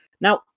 Now